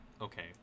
Okay